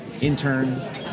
intern